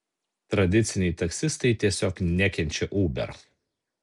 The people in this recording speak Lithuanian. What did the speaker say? tradiciniai taksistai tiesiog nekenčia uber